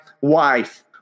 wife